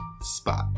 spot